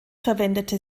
verwendete